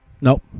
nope